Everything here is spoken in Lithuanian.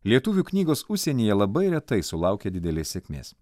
lietuvių knygos užsienyje labai retai sulaukia didelės sėkmės